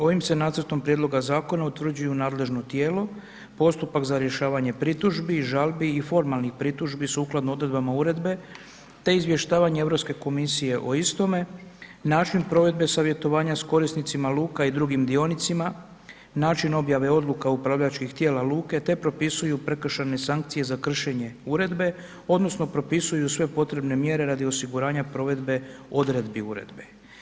Ovim se nacrtom prijedloga zakona, utvrđuju nadležno tijelo, postupak za rješavanje pritužbi i žalbi i formalnih pritužbi, sukladno odredbama uredbe, te izvještavanje Europske komisije o istome, način provedbe savjetovanja s korisnicima luka i drugim dionicima, način objave odluka upravljačkih tijela luke te propisuje prekršajnih sanacija za kršenje uredbe, odnosno, propisuju sve potrebne mjere radi osiguranja provedbe odredbi uredbi.